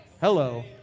Hello